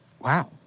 Wow